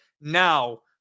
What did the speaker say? now